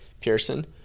Pearson